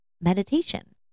meditation